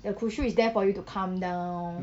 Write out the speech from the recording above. the kusu is there for you to calm down